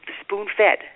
spoon-fed